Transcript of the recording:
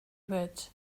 would